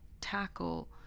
tackle